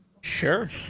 sure